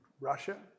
Russia